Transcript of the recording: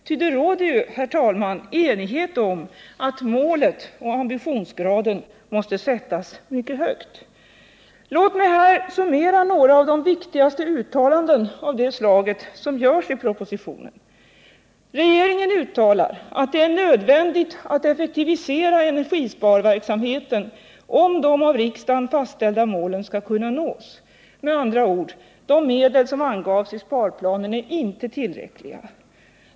Ty det råder ju, herr talman, enighet om att målet och Tisdagen den ambitionsgraden måste sättas mycket högt. 29 maj 1979 Låt mig här summera några av de viktigaste uttalanden av detta slag som görs i propositionen: Energibesparande Regeringen uttalar att det är nödvändigt att effektivisera energiåtgärder i bostadssparverksamheten, om de av riksdagen fastställda målen skall kunna nås. Med andra ord: de medel som angavs i sparplanen är inte tillräckliga.